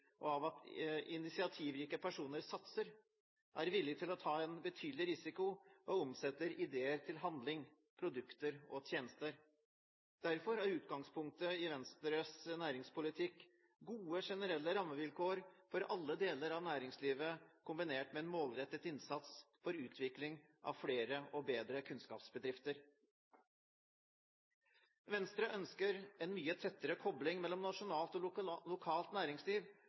og av at initiativrike personer satser, er villige til å ta en betydelig risiko og omsetter ideer til handling, produkter og tjenester. Derfor er utgangspunktet i Venstres næringspolitikk gode generelle rammevilkår for alle deler av næringslivet kombinert med en målrettet innsats for utvikling av flere og bedre kunnskapsbedrifter. Venstre ønsker en mye tettere kobling mellom nasjonalt og lokalt næringsliv